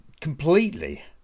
completely